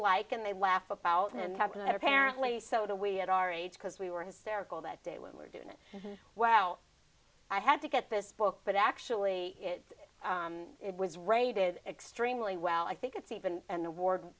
like and they laugh about it and have that apparently so the we at our age because we were hysterical that day when we were doing it wow i had to get this book but actually it was rated extremely well i think it's even an award